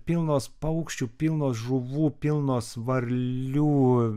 pilnos paukščių pilnos žuvų pilnos varlių